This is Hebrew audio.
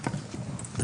בבקשה, שם וכתובת.